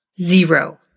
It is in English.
zero